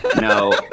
No